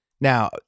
Now